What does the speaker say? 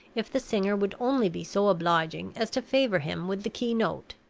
if the singer would only be so obliging as to favor him with the key-note.